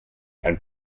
and